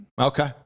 Okay